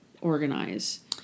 organize